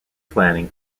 planning